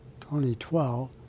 2012